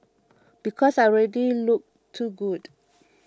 because I already look too good